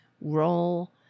role